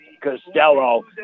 Costello